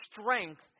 strength